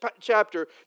chapter